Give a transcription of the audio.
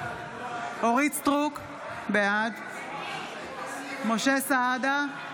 בעד משה סעדה,